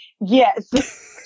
yes